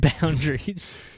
boundaries